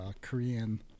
Korean